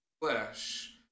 flesh